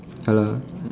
ya lah